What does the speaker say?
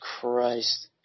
Christ